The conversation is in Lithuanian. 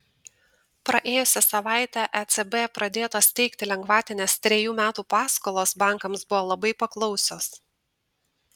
praėjusią savaitę ecb pradėtos teikti lengvatinės trejų metų paskolos bankams buvo labai paklausios